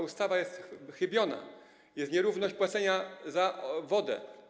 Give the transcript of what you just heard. Ta ustawa jest chybiona, jest nierówność w płaceniu za wodę.